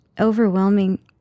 overwhelming